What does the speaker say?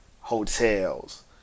hotels